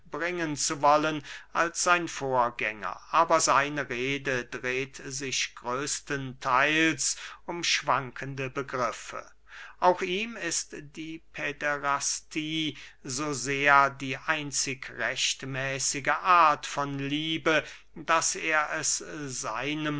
bringen zu wollen als sein vorgänger aber seine rede dreht sich größtentheils um schwankende begriffe auch ihm ist die päderastie so sehr die einzig rechtmäßige art von liebe daß er es seinem